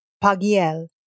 Pagiel